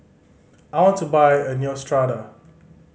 I want to buy Neostrata